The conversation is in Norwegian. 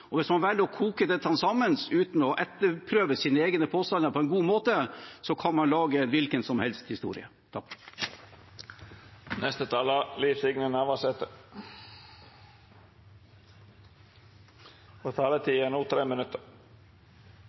Hvis man velger å koke dette sammen uten å etterprøve egne påstander på en god måte, kan man lage en hvilken som helst historie.